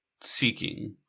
seeking